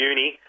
Uni